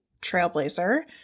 Trailblazer